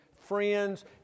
friends